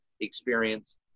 experience